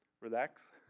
relax